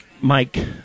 Mike